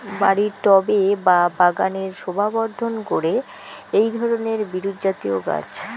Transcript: বাড়ির টবে বা বাগানের শোভাবর্ধন করে এই ধরণের বিরুৎজাতীয় গাছ